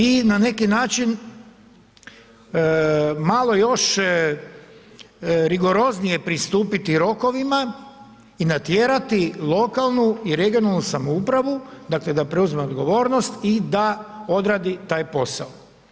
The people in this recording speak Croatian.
I na neki način malo još rigoroznije pristupiti rokovima i natjerati lokalnu i regionalnu samoupravu da preuzme odgovornost i da odradi taj posao.